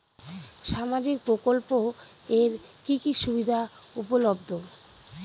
সামাজিক প্রকল্প এর কি কি সুবিধা উপলব্ধ?